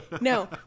No